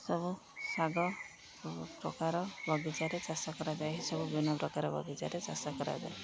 ସବୁ ଶାଗ ପ୍ରକାର ବଗିଚାରେ ଚାଷ କରାଯାଏ ସବୁ ବିଭିନ୍ନ ପ୍ରକାର ବଗିଚାରେ ଚାଷ କରାଯାଏ